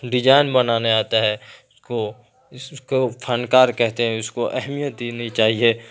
design بنانے آتا ہے اس کو اس کو فن کار کہتے ہیں اس کو اہمیت دینی چاہیے